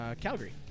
Calgary